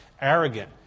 arrogant